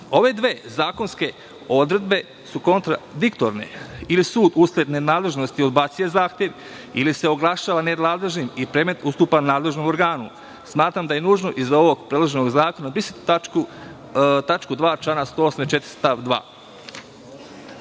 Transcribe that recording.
Ove dve zakonske odredbe su kontradiktorne. Ili sud usled nenadležnosti odbacuje zahtev ili se oglašava nenadležnim i predmet ustupa nadležnom organ. Smatram da je nužno iz ovog predloženog zakona brisati tačku 2. člana 184.